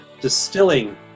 distilling